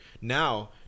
now